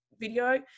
video